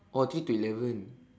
oh three to eleven